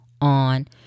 on